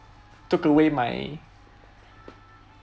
took away my